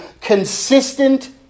consistent